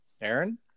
Aaron